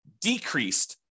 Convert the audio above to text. decreased